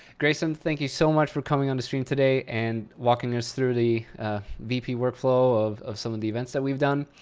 grayson, thank you so much for coming on the stream today and walking us through the vp workflow of of some of the events that we've done.